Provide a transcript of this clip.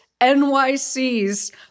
NYC's